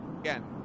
again